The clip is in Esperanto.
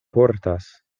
portas